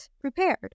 prepared